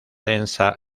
densa